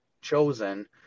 chosen